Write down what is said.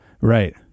Right